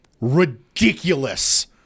ridiculous